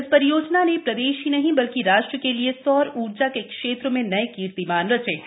इस परियोजना ने प्रदेश ही नहीं बल्कि राष्ट्र के लिए सौर ऊर्जा के क्षेत्र में नए कीर्तिमान रचे हैं